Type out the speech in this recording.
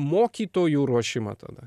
mokytojų ruošimą tada